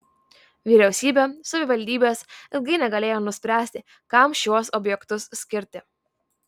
vyriausybė savivaldybės ilgai negalėjo nuspręsti kam šiuos objektus skirti